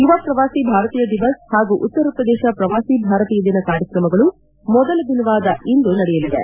ಯುವ ಪ್ರವಾಸಿ ಭಾರತೀಯ ದಿವಸ್ ಹಾಗೂ ಉತ್ತರಪ್ರದೇಶ ಪ್ರವಾಸಿ ಭಾರತೀಯ ದಿನ ಕಾರ್ಕ್ರಮಗಳು ಮೊದಲ ದಿನವಾದ ಇಂದು ನಡೆಯಲಿವೆ